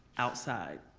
outside.